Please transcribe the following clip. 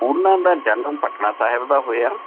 ਉਨ੍ਹਾਂ ਦਾ ਜਨਮ ਪਟਨਾ ਸਾਹਿਬ ਦਾ ਹੋਇਆ